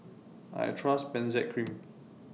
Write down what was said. I Trust Benzac Cream